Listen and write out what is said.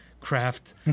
craft